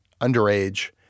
underage